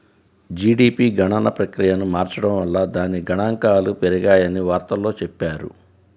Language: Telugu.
జీడీపీ గణన ప్రక్రియను మార్చడం వల్ల దాని గణాంకాలు పెరిగాయని వార్తల్లో చెప్పారు